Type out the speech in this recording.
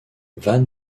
van